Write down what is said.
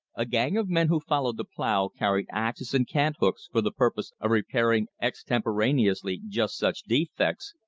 a gang of men who followed the plow carried axes and cant-hooks for the purpose of repairing extemporaneously just such defects,